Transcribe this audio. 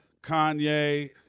Kanye